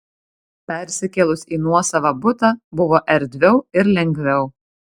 persikėlus į nuosavą butą buvo erdviau ir lengviau